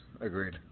Agreed